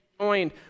Joined